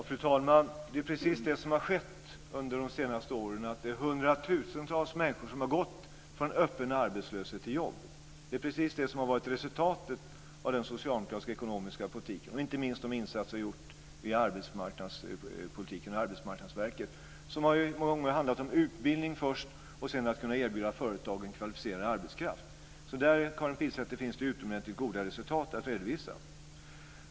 Fru talman! Vad som skett under de senaste åren är just att hundratusentals människor har gått från öppen arbetslöshet till jobb. Det är just det som är resultatet av den socialdemokratiska ekonomiska politiken. Inte minst gäller det de insatser som vi har gjort via arbetsmarknadspolitiken och Arbetsmarknadsverket. Utbildning först och sedan att kunna erbjuda företagen kvalificerad arbetskraft har det många gånger handlat om. Där, Karin Pilsäter, finns det utomordentligt goda resultat att redovisa.